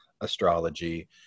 astrology